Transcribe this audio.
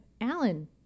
Alan